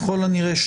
ככל הנראה,